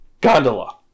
gondola